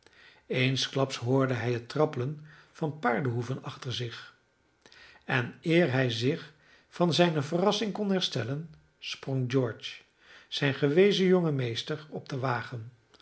eensklaps hoorde hij het trappelen van paardenhoeven achter zich en eer hij zich van zijne verrassing kon herstellen sprong george zijn gewezen jonge meester op den wagen